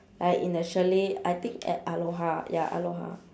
like in a chalet I think at aloha ya aloha